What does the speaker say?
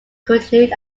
continued